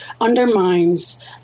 undermines